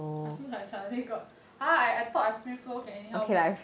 I feel like suddenly got !huh! I I thought I free flow can anyhow whack